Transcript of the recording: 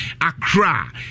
Accra